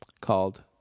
called